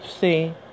see